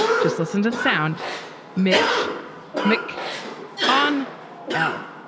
just listen to the sound mitch mic on el.